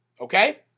Okay